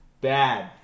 Bad